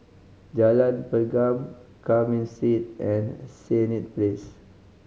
Jalan Pergam Carmen Street and Senett Place